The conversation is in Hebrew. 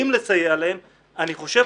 אני חושב,